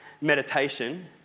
meditation